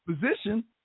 position